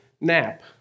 nap